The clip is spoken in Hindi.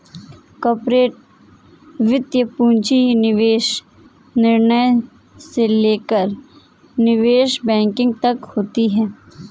कॉर्पोरेट वित्त पूंजी निवेश निर्णयों से लेकर निवेश बैंकिंग तक होती हैं